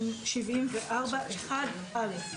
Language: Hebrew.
סעיף 74(1)(א).